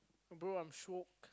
bro I'm showke